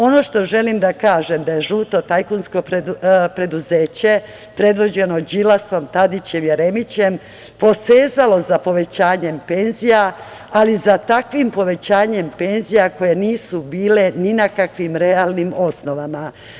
Ono što želim da kažem je da je žuto tajkunsko preduzeće, predvođeno Đilasom, Tadićem, Jeremićem, posezalo za povećanjem penzija, ali za takvim povećanjem penzija koje nije bilo ni na kakvim realnim osnovama.